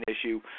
issue